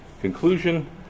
conclusion